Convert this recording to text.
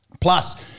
Plus